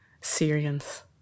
Syrians